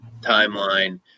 timeline